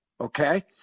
okay